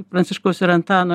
pranciškaus ir antano